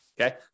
okay